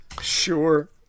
Sure